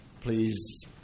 please